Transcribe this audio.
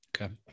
Okay